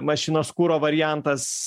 mašinos kuro variantas